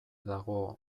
dago